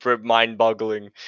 mind-boggling